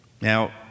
Now